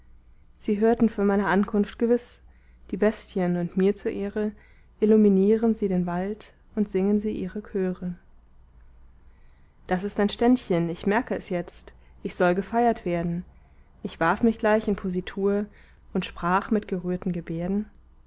sie hörten von meiner ankunft gewiß die bestien und mir zur ehre illuminierten sie den wald und singen sie ihre chöre das ist ein ständchen ich merke es jetzt ich soll gefeiert werden ich warf mich gleich in positur und sprach mit gerührten gebärden